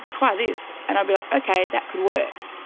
try this, and i'd be, like, okay, that could work.